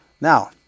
Now